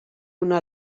una